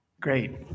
Great